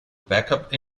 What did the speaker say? backup